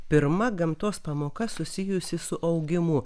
pirma gamtos pamoka susijusi su augimu